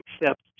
accept